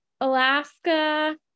alaska